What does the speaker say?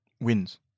wins